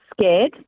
scared